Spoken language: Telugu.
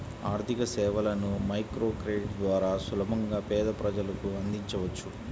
ఆర్థికసేవలను మైక్రోక్రెడిట్ ద్వారా సులభంగా పేద ప్రజలకు అందించవచ్చు